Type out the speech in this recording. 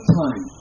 time